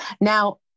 now